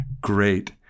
great